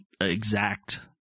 exact